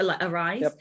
arise